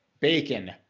bacon